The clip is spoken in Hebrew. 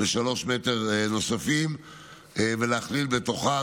בשלושה מ"ר נוספים ולהכליל בתוכם,